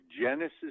Genesis